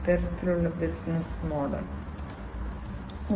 ഇവർ ചില ആക്യുവേറ്റർ നിർമ്മാതാക്കളാണ്